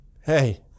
hey